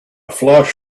flash